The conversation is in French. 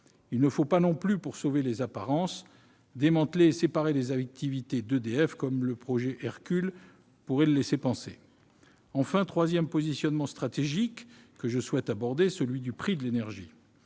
Il ne faut pas non plus, pour sauver les apparences, démanteler et séparer les activités d'EDF, comme le projet Hercule pourrait le laisser penser. Le troisième et dernier positionnement stratégique que je souhaite aborder a trait au prix de l'énergie.